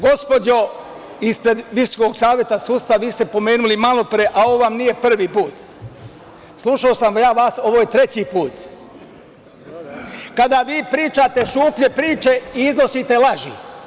Gospođo ispred Visokog saveta sudstva, vi ste pomenuli malo pre, a ovo vam nije prvi put, slušao sam ja vas, ovo je treći put, kada vi pričate šuplje priče i iznosite laži…